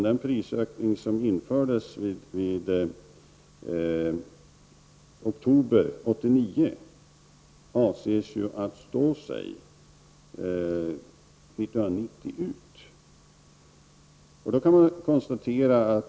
Den prisökning som infördes i oktober 1989 avses stå sig år 1990 ut.